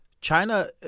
China